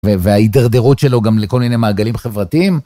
וההידרדרות שלו גם לכל מיני מעגלים חברתיים.